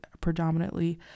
predominantly